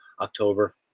October